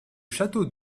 château